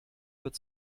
wird